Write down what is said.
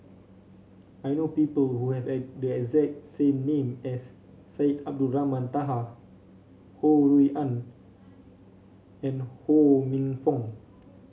I know people who have a the exact name as Syed Abdulrahman Taha Ho Rui An and Ho Minfong